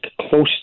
close